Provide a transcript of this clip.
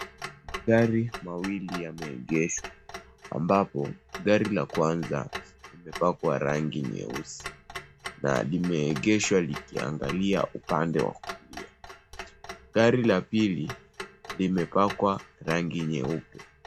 Magari mawili yameegeshwa ambapo gari la kwanza limepakwa rangi nyeusi na limeegeshwa likiangalia upande wa kulia . Gari la pili limepakwa rangi nyeupe.